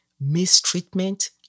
mistreatment